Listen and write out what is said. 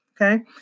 Okay